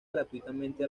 gratuitamente